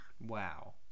Wow